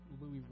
Louis